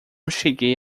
cheguei